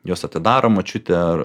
juos atidaro močiutė ar